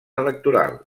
electoral